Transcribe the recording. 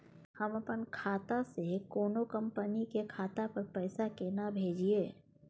हम अपन खाता से कोनो कंपनी के खाता पर पैसा केना भेजिए?